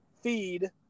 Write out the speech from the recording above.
feed